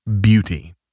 beauty